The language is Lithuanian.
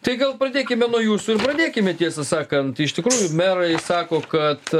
tai gal pradėkime nuo jūsų ir pradėkime tiesą sakant iš tikrųjų merai sako kad